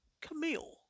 Camille